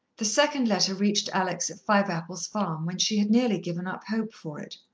the second letter reached alex at fiveapples farm, when she had nearly given up hope for it.